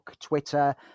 Twitter